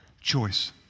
Choice